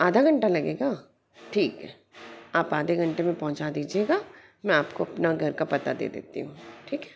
आधा घंटा लगेगा ठीक है आप आधे घंटे में पहुँचा दीजिएगा मैं आपको अपना घर का पता दे देती हूँ ठीक है